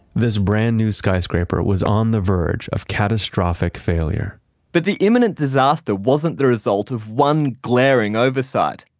this brand new skyscraper was on the verge of catastrophic failure but the imminent disaster wasn't the result of one glaring oversight.